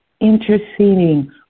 interceding